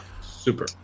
Super